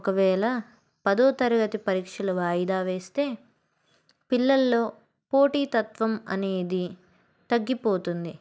ఒకవేళ పదో తరగతి పరీక్షలు వాయుదా వేస్తే పిల్లల్లో పోటీ తత్వం అనేది తగ్గిపోతుంది